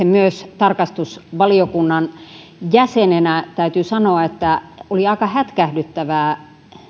myös minun tarkastusvaliokunnan jäsenenä täytyy sanoa että oli aika hätkähdyttävää